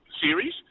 series